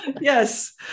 Yes